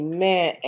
Amen